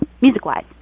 music-wise